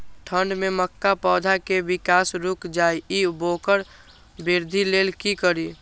ठंढ में मक्का पौधा के विकास रूक जाय इ वोकर वृद्धि लेल कि करी?